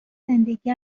زندگی